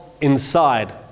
inside